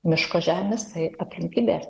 miško žemės tai atrankinė